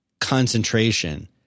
concentration